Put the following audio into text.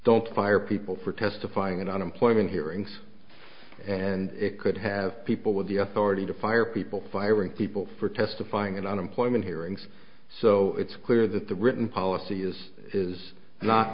don't fire people for testifying in unemployment hearings and it could have people with the authority to fire people firing people for testifying and unemployment hearings so it's clear that the written policy is is not